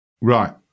Right